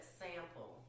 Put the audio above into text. sample